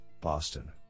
Boston